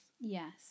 Yes